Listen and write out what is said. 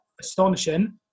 astonishing